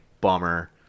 bummer